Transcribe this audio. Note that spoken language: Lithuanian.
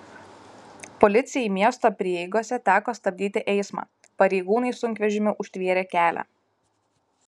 policijai miesto prieigose teko stabdyti eismą pareigūnai sunkvežimiu užtvėrė kelią